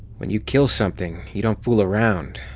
when you kill something, you don't fool around,